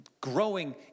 growing